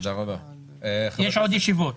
יש עוד ישיבות.